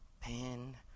pen